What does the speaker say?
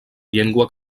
llengua